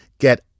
Get